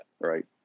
right